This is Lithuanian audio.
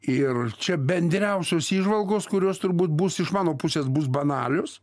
ir čia bendriausios įžvalgos kurios turbūt bus iš mano pusės bus banalios